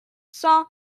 saw